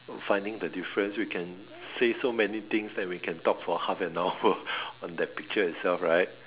finding the difference we can say so many things that we can talk for half an hour on that picture itself right